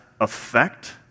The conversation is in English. effect